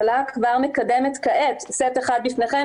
הסיבה היא כמה אלפי מפגינים?